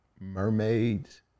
mermaids